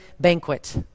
banquet